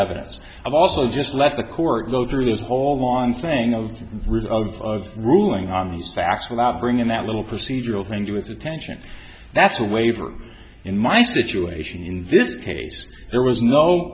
evidence i've also just left the court go through this whole long thing of rules of ruling on these facts without bringing that little procedural thing to its attention that's a waiver in my situation in vis case there was no